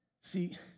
See